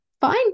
fine